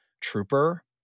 trooper